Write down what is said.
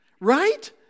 right